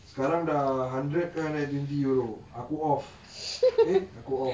sekarang dah hundred three hundred and twenty euro aku off K aku off